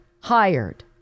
hired